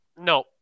no